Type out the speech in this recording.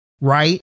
right